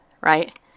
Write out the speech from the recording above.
right